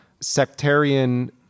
sectarian